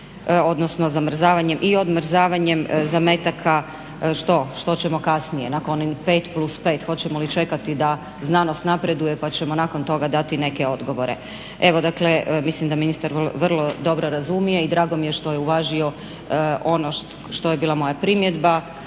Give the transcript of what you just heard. odnosno zamrzavanjem i odmrzavanjem zametaka? Što, što ćemo kasnije nakon pet plus pet? Hoćemo li čekati da znanost napreduje pa ćemo nakon toga dati neke odgovore? Evo, dakle mislim da ministar vrlo dobro razumije i drago mi je što je uvažio ono što je bila moja primjedba